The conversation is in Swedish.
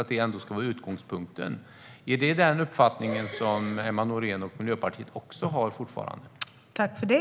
Det ska vara utgångspunkten. Är det den uppfattning som Emma Nohrén och Miljöpartiet fortfarande har?